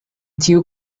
ĉiu